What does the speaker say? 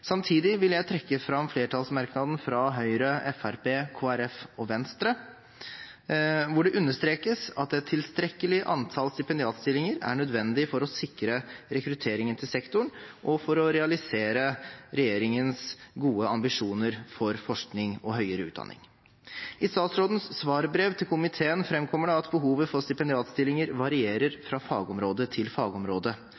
Samtidig vil jeg trekke fram flertallsmerknaden fra Høyre, Fremskrittspartiet, Kristelig Folkeparti og Venstre, der det understrekes at et tilstrekkelig antall stipendiatstillinger er nødvendig for å sikre rekrutteringen til sektoren og for å realisere regjeringens gode ambisjoner for forskning og høyere utdanning. I statsrådens svarbrev til komiteen framkommer det at behovet for stipendiatstillinger